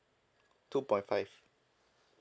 two point five